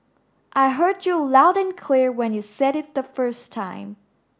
I heard you loud and clear when you said it the first time